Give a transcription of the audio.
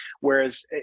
Whereas